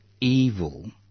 evil